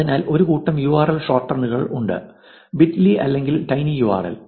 അതിനാൽ ഒരു കൂട്ടം യൂആർഎൽ ഷോർട്ട്നറുകൾ ഉണ്ട് ബിറ്റ്ലി അല്ലെങ്കിൽ ടൈനി യൂആർഎൽ